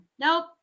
Nope